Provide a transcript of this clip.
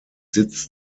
sitz